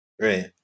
Right